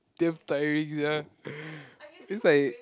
damn tiring sia it's like